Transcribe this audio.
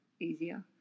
easier